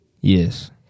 Yes